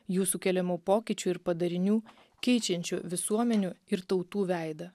jų sukeliamų pokyčių ir padarinių keičiančių visuomenių ir tautų veidą